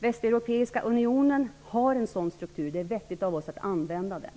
Västeuropeiska unionen har en sådan struktur. Det är vettigt av oss att använda den.